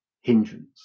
hindrance